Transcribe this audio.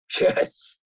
Yes